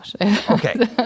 Okay